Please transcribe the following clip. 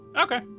Okay